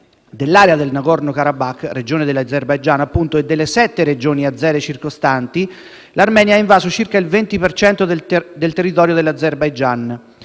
dell'area del Nagorno Karabakh, regione dell'Azerbaijan, e delle sette regioni azere circostanti, l'Armenia ha invaso circa il 20 per cento del territorio dell'Azerbaijan.